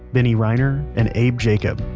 benny reiner, and abe jacob.